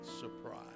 surprise